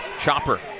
chopper